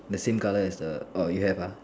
the same colour as the orh you have ah